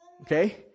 Okay